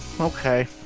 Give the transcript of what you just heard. okay